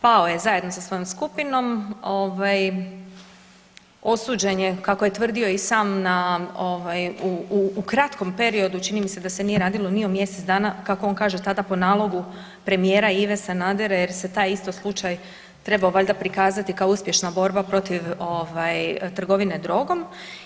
Pao je zajedno sa svojom skupinom, osuđen je, kako je tvrdio i sam, u kratkom periodu, čini mi se da se nije radilo ni o mjesec dana, kako on kaže tada, po nalogu premijera Ive Sanadera, jer se taj isto slučaj trebao valjda prikazati kao uspješna borba protiv trgovine drogom.